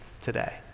today